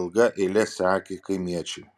ilga eile sekė kaimiečiai